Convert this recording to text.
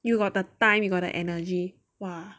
you got the time you got the energy !wah!